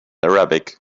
arabic